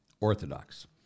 Orthodox